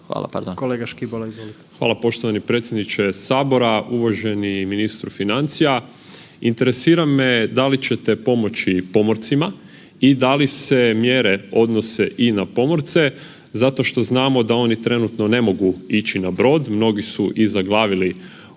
Hvala predsjedniče Sabora. Uvaženi ministre financija. Interesira me da li ćete pomoći pomorcima i da se mjere odnose i na pomorce zato što znamo da oni trenutno ne mogu ići na brod, mnogi su i zaglavili na